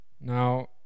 Now